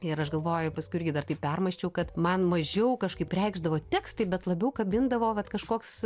ir aš galvoju paskui irgi dar taip permąsčiau kad man mažiau kažkaip reikšdavo tekstai bet labiau kabindavo vat kažkoks